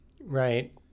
Right